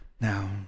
Now